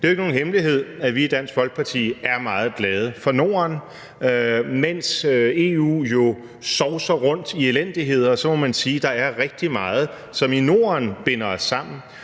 Det er jo ikke nogen hemmelighed, at vi i Dansk Folkeparti er meget glade for Norden. Mens EU jo sovser rundt i elendigheder, må man sige, at der er rigtig meget, som binder os sammen